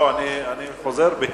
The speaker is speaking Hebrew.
לא, אני חוזר בי.